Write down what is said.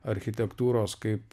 architektūros kaip